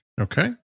Okay